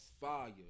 Fire